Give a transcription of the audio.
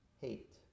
hate